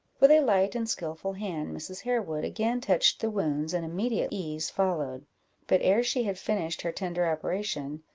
with a light and skilful hand, mrs. harewood again touched the wounds, and immediate ease followed but ere she had finished her tender operation,